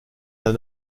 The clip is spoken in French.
d’un